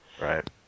Right